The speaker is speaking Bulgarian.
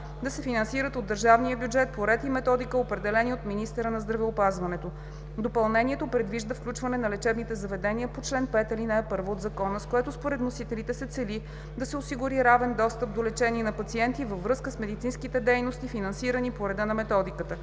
да се финансират от държавния бюджет по ред и методика, определени от министъра на здравеопазването. Допълнението предвижда включване на лечебните заведения по чл. 5, ал. 1 от Закона, с което според вносителите се цели да се осигури равен достъп до лечение на пациентите във връзка с медицинските дейности, финансирани по реда на методиката.